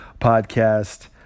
podcast